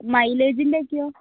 മൈലേജിൻ്റെയൊക്കെയോ